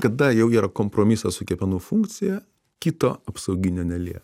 kada jau yra kompromisas su kepenų funkcija kito apsauginio nelie